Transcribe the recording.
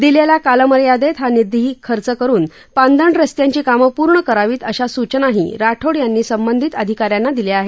दिलेल्या कालमर्यादेत हा निधी खर्च करून पांदण रस्त्याची कामं पूर्ण करावीत अशा सूचनाही राठोड यांनी संबंधित अधिकाऱ्यांना दिल्या आहेत